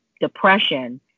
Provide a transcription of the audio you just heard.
depression